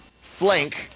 flank